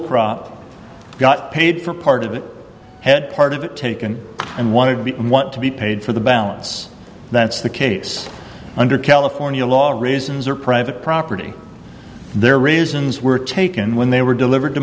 crop got paid for part of it had part of it taken and wanted to be and want to be paid for the balance that's the case under california law reasons are private property their reasons were taken when they were delivered to